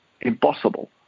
impossible